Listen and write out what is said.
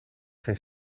geen